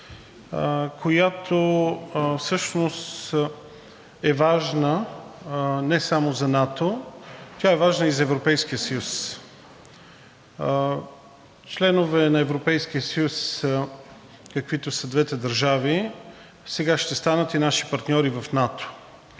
която всъщност е важна не само за НАТО, тя е важна и за Европейския съюз. Членове на Европейския съюз, каквито са двете държави, сега ще станат и наши партньори в НАТО,